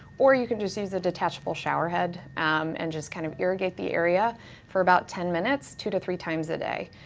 or you could just use a detachable shower head and just kind of irrigate the area for about ten minutes, two to three times a day.